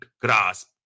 grasp